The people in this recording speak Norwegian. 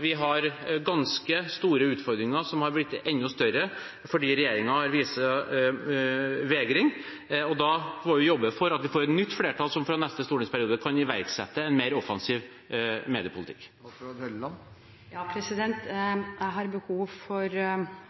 vi har ganske store utfordringer, som har blitt enda større fordi regjeringen viser vegring. Da må vi jobbe for at vi får et nytt flertall som fra neste stortingsperiode kan iverksette en mer offensiv mediepolitikk. Jeg har behov for igjen å understreke at når det ikke kan påvises et behov for